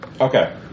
Okay